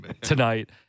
tonight